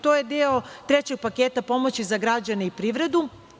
To je deo trećeg paketa pomoći za građane i privredu.